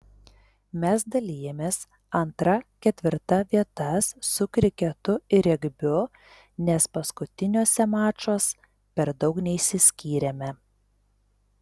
mes dalijamės antra ketvirta vietas su kriketu ir regbiu nes paskutiniuose mačuos per daug neišsiskyrėme